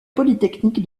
polytechnique